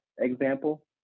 example